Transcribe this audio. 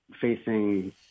facing